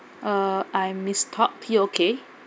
uh I miss tok T O K